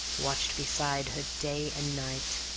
watched beside her day and night.